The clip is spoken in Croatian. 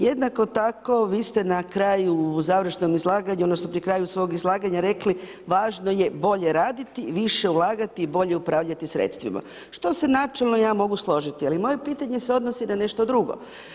Jednako tako vi ste na kraju u završnom izlaganju, odnosno pri kraju svog izlaganja rekli važno je bolje raditi, više ulagati i bolje upravljati sredstvima, što se načelno ja mogu složiti, ali moje pitanje se odnosi na nešto drugo.